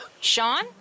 Sean